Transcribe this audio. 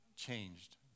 Changed